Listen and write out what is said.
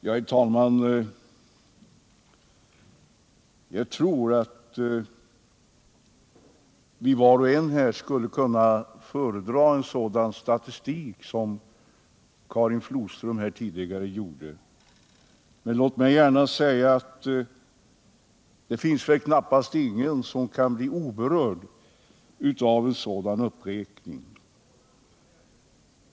Herr talman! Jag tror att vi var och en här skulle kunna anföra en statistik av det slag som Karin Flodström nyss redovisade, men låt mig säga att det finns väl knappast någon som kan bli oberörd av en sådan uppräkning.